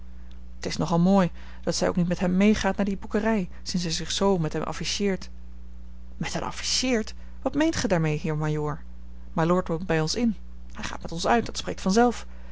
t is nogal mooi dat zij ook niet met hem meegaat naar die boekerij sinds zij zich z met hem afficheert met hem afficheert wat meent gij daarmee heer majoor mylord woont bij ons in hij gaat met ons uit dat spreekt